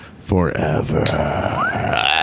forever